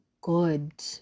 good